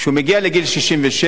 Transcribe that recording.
כשהוא מגיע לגיל 67,